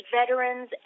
veterans